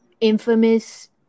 infamous